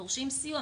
דורשים סיוע,